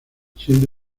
siendo